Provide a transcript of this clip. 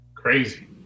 Crazy